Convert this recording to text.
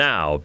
Now